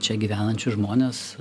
čia gyvenančius žmones